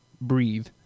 breathe